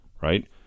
right